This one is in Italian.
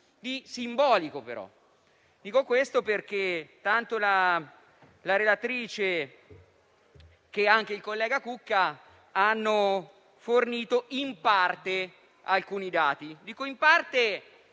di simbolico. Dico questo perché sia la relatrice che il collega Cucca hanno fornito in parte dei dati.